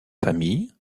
familles